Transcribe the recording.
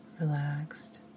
relaxed